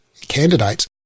candidates